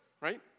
right